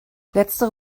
letztere